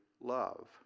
love